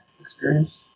experience